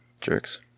Jerks